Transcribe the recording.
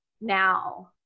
now